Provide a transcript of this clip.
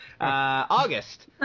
august